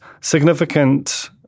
significant